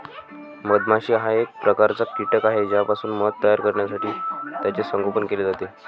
मधमाशी हा एक प्रकारचा कीटक आहे ज्यापासून मध तयार करण्यासाठी त्याचे संगोपन केले जाते